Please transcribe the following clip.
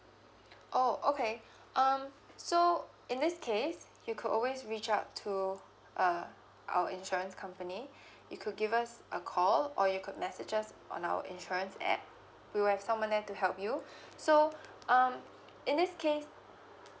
oh okay um so in this case you could always reach up to uh our insurance company you could give us a call or you could messages on our insurance app we will have someone there to help you so um in this case